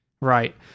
Right